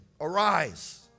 arise